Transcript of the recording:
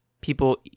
people